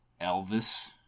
Elvis